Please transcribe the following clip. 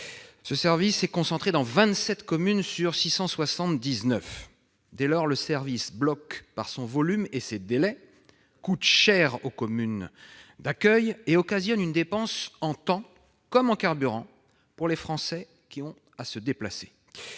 un service concentré dans 27 communes sur 679, qui bloque par son volume et ses délais, coûte cher aux communes d'accueil et occasionne une dépense, en temps, comme en carburant, pour les Français ayant à se déplacer.